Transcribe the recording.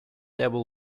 devil